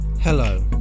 Hello